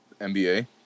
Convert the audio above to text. NBA